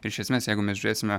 iš esmės jeigu mes žiūrėsime